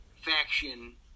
faction